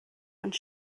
ond